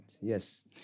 Yes